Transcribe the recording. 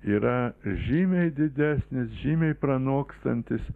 yra žymiai didesnis žymiai pranokstantis